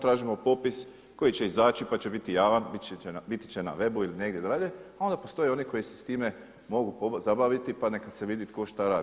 Tražimo popis koji će izaći pa će biti javan, biti će na webu ili negdje dalje a onda postoje oni koji se s time mogu pozabaviti pa nek se vidi tko šta radi.